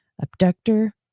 abductor